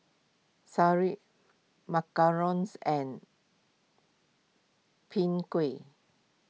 Sireh Macarons and Pin Kueh